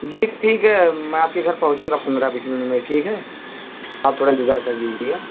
جی ٹھیک ہے میں آپ کے گھر پہنچوں گا پندرہ بیس منٹ میں ٹھیک ہے آپ تھوڑا انتظار کر لیجیے گا